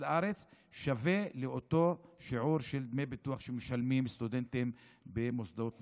לארץ שווה לאותו שיעור של דמי ביטוח שמשלמים סטודנטים במוסדות בארץ.